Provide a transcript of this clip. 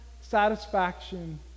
satisfaction